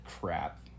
crap